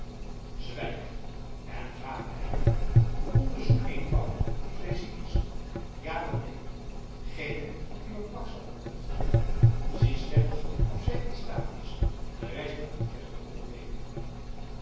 zwijg en ga bij haar onderzoek eenvoudig of zij ziek is ja dan neen geene van uw kwakzalverskunsten zie slechts of zij in staat is de reis naar utrecht te ondernemen